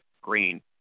Green